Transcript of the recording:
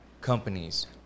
companies